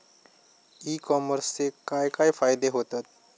E कॉमर्सचे काय काय फायदे होतत?